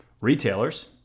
retailers